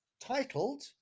titled